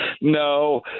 No